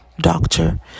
doctor